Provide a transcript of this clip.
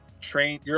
train